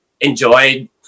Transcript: enjoyed